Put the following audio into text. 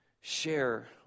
share